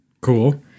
Cool